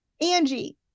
angie